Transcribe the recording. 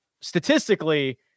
statistically